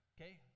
okay